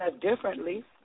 differently